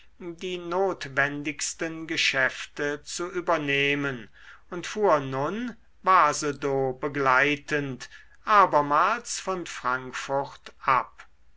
die notwendigsten geschäfte zu übernehmen und fuhr nun basedow begleitend abermals von frankfurt ab